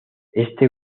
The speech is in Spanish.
este